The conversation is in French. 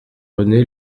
renée